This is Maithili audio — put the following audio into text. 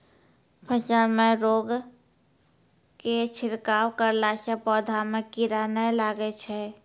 फसल मे रोगऽर के छिड़काव करला से पौधा मे कीड़ा नैय लागै छै?